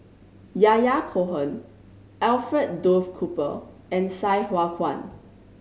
Yahya Cohen Alfred Duff Cooper and Sai Hua Kuan